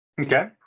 okay